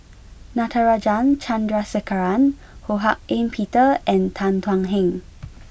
Natarajan Chandrasekaran Ho Hak Ean Peter and Tan Thuan Heng